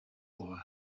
for